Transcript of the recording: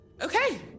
Okay